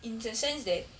in the sense that